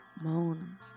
moan